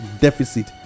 deficit